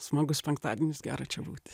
smagus penktadienis gera čia būti